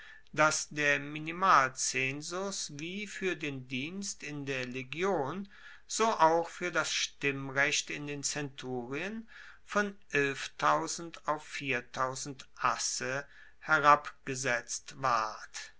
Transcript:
dass der minimalzensus wie fuer den dienst in der legion so auch fuer das stimmrecht in den zenturien von auf asse herabgesetzt ward